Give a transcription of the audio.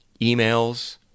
emails